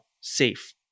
safe